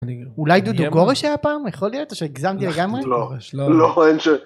אולי דודו גורש היה פעם יכול להיות שגזמתי לגמרי.לא